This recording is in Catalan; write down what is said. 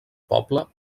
poble